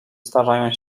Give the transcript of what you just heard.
starają